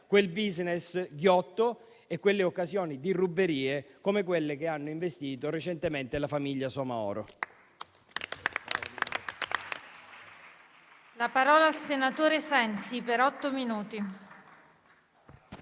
quel *business* ghiotto e quelle occasioni di ruberia come quelle che hanno investito recentemente la famiglia Soumahoro.